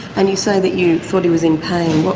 and you say that you thought he was in pain.